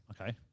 Okay